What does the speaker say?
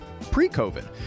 pre-COVID